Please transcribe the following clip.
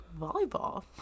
volleyball